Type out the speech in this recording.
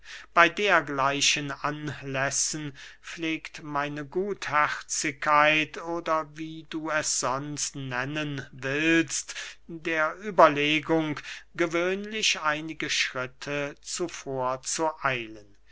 bey dergleichen anlässen pflegt meine gutherzigkeit oder wie du es sonst nennen willst der überlegung gewöhnlich einige schritte zuvor zu eilen